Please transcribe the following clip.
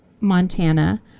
Montana